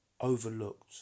overlooked